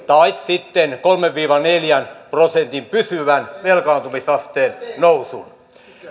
tai sitten kolmen viiva neljän prosentin pysyvän velkaantumisasteen nousun